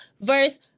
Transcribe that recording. verse